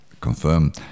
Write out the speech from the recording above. confirm